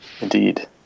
Indeed